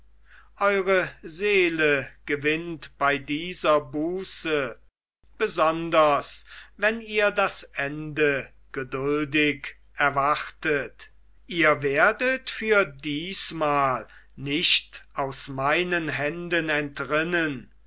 eure seele gewinnt bei dieser buße besonders wenn ihr das ende geduldig erwartet ihr werdet für diesmal nicht aus meinen händen entrinnen